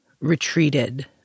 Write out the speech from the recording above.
retreated